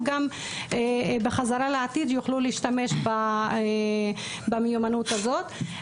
בחזרה לעתיד יוכלו להשתמש במיומנות הזאת.